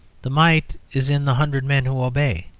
the might is in the hundred men who obey.